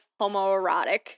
homoerotic